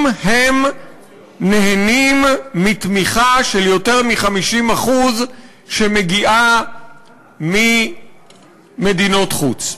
אם הם נהנים מתמיכה של יותר מ-50% מתקציבן שמגיעה ממדינות חוץ.